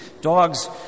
Dogs